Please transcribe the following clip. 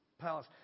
palace